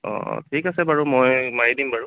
অ ঠিক আছে বাৰু মই মাৰি দিম বাৰু